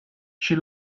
she